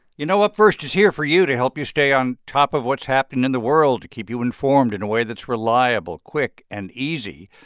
you know, up first is here for you to help you stay on top of what's happened in the world, to keep you informed in a way that's reliable, quick and easy.